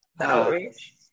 outreach